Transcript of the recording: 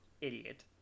Idiot